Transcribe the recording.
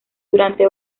durante